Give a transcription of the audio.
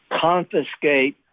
confiscate